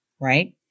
Right